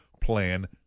Plan